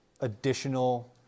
additional